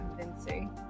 convincing